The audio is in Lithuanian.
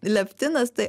leptinas tai